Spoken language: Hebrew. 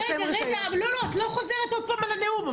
שיש להם רישיון --- רגע,